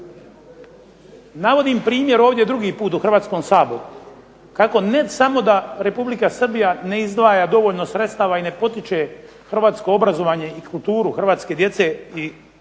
Navodim primjer ovdje drugi put u Hrvatskom saboru kako ne samo da Republika Srbija ne izdvaja dovoljno sredstava i ne potiče hrvatsko obrazovanje i kulturu Hrvatske djece kada su